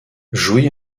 jouy